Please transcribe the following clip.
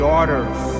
orders